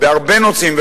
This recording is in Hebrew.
בהרבה נושאים,